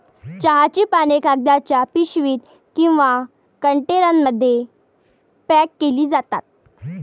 चहाची पाने कागदाच्या पिशवीत किंवा कंटेनरमध्ये पॅक केली जातात